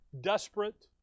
desperate